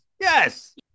yes